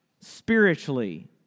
spiritually